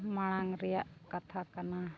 ᱢᱟᱲᱟᱝ ᱨᱮᱭᱟᱜ ᱠᱟᱛᱷᱟ ᱠᱟᱱᱟ